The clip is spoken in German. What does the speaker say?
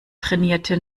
trainierte